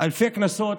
אלפי קנסות